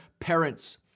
parents